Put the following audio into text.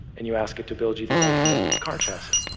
and you ask it to build you the ultimate car chassis?